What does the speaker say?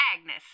Agnes